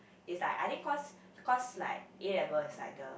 is like I think cause cause like A-level is like the